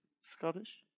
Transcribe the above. Scottish